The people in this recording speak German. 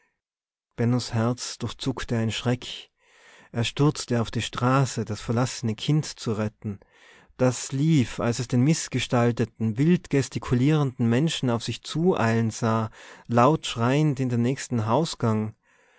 bennos herz durchzuckte ein schreck er stürzte auf die straße das verlassene kind zu retten das lief als es den mißgestalteten wild gestikulierenden menschen auf sich zueilen sah laut schreiend in den nächsten hausgang